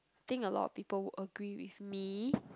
think a lot of people would agree with me